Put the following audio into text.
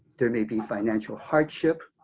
there may be financial hardship.